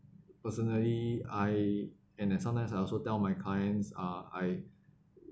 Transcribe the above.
personally I and I sometimes I also tell my clients uh I